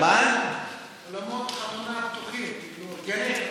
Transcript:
אולמות חתונה פתוחים, גנים,